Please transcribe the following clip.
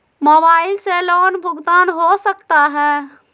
Mobile से loan भुगतान हो सकता है?